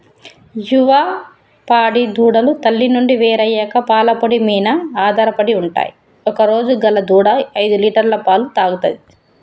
యువ పాడి దూడలు తల్లి నుండి వేరయ్యాక పాల పొడి మీన ఆధారపడి ఉంటయ్ ఒకరోజు గల దూడ ఐదులీటర్ల పాలు తాగుతది